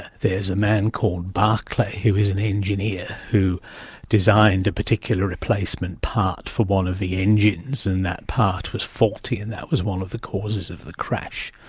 there's a man called barclay who is an engineer who designed the particular replacement part for one of the engines, and that part was faulty, and that was one of the causes of the crash,